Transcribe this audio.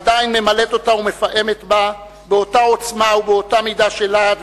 עדיין ממלאת אותה ומפעמת בה באותה עוצמה ובאותה מידה של להט,